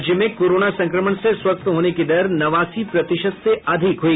राज्य में कोरोना संक्रमण से स्वस्थ होने की दर नवासी प्रतिशत से अधिक हुई